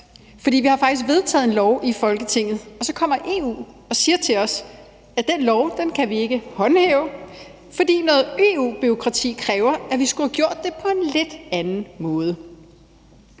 for vi har faktisk vedtaget en lov i Folketinget, og så kommer EU og siger til os, at den lov kan vi ikke håndhæve, fordi noget EU-bureaukrati kræver, at vi skulle have gjort det på en lidt anden måde.